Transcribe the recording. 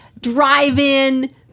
drive-in